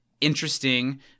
interesting